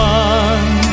one